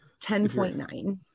10.9